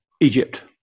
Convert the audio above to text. Egypt